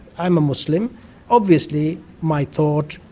i'm a muslim obviously my thought,